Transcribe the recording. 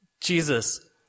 Jesus